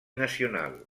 nacional